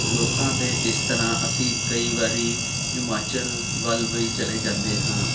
ਲੋਕਾਂ ਦੇ ਜਿਸ ਤਰ੍ਹਾਂ ਅਸੀਂ ਕਈ ਵਾਰੀ ਹਿਮਾਚਲ ਵੱਲ ਬਈ ਚਲੇ ਜਾਂਦੇ ਹਾਂ